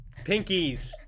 pinkies